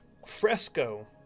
fresco